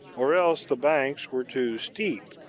or else the banks were too steep,